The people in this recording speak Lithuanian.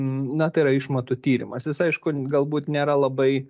na tai yra išmatų tyrimas jis aišku galbūt nėra labai